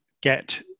get